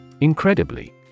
Incredibly